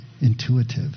intuitive